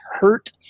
hurt